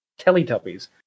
Teletubbies